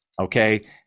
okay